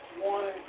one